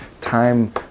Time